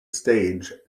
stage